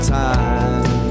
time